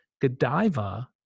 Godiva